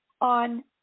on